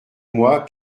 moi